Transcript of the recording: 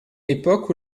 époque